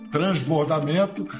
Transbordamento